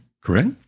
Correct